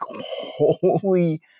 holy